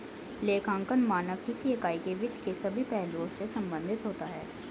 लेखांकन मानक किसी इकाई के वित्त के सभी पहलुओं से संबंधित होता है